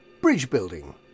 bridge-building